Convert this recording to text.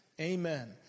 Amen